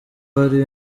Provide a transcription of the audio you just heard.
hari